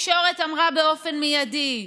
התקשורת אמרה שבאופן מיידי,